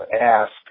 ASK